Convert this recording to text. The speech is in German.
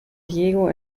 diego